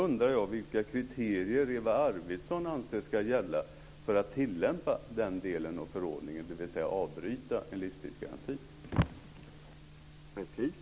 Min andra fråga är: Vilka kriterier anser Eva Arvidsson ska gälla för att tillämpa den delen av förordningen, dvs. avbryta livstidsgarantin?